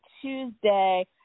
Tuesday